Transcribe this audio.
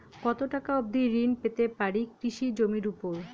কত টাকা অবধি ঋণ পেতে পারি কৃষি জমির উপর?